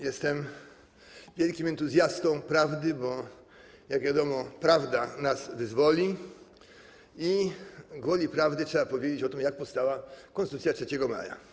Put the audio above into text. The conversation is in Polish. Jestem wielkim entuzjastą prawdy, bo jak wiadomo, prawda nas wyzwoli, i gwoli prawdy trzeba powiedzieć o tym, jak powstała Konstytucja 3 maja.